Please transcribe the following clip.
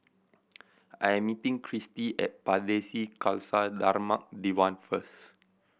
I am meeting Cristy at Pardesi Khalsa Dharmak Diwan first